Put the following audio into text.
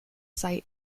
site